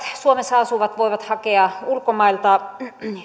suomessa asuvat voivat hakea ulkomailta